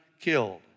killed